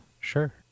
Sure